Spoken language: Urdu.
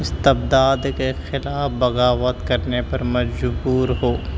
استبداد کے خلاف بغاوت کرنے پر مجبور ہو